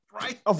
right